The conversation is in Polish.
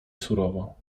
surowo